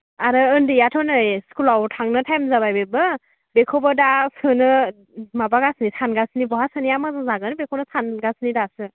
आरो उन्दैयाथ' नै स्कुलाव थांनो टाइम जाबाय बेबो बेखौबो दा सोनो माबागासिनो सानगासिनो बहा सोनाया मोजां जागोन बेखौनो सानगासिनो दासो